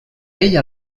ell